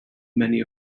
many